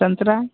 संतरा